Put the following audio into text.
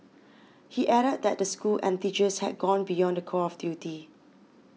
he added that the school and teachers had gone beyond the call of duty